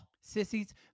Sissies